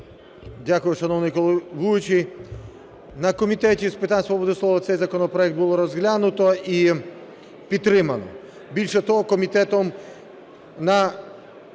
Дякую, шановний головуючий. На Комітеті з питань свободи слова цей законопроект було розглянуто і підтримано. Більше того, комітетом, на